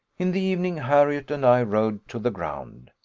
in the evening, harriot and i rode to the ground.